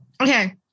Okay